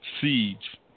siege